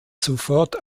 sofort